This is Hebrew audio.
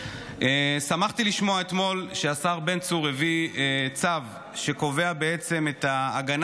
שמחתי לשמוע אתמול שהשר בן צור הביא צו שקובע בעצם את ההגנה